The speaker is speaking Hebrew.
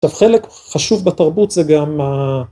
עכשיו חלק חשוב בתרבות זה גם ה-.